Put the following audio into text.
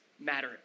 matter